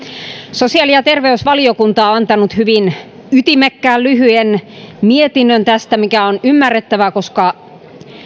sosiaali ja terveysvaliokunta on on antanut hyvin ytimekkään lyhyen mietinnön tästä mikä on ymmärrettävää koska